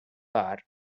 part